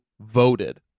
voted